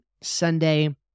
Sunday